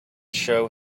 show